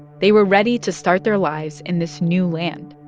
they were ready to start their lives in this new land,